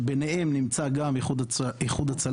וביניהן נמצאת גם איחוד הצלה,